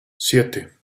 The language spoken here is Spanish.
siete